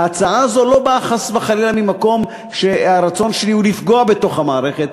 ההצעה הזאת לא באה חס וחלילה ממקום שהרצון שלי הוא לפגוע במערכת,